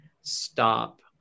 stop